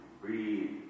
Breathe